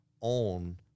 on